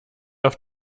auf